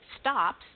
stops